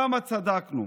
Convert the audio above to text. כמה צדקנו.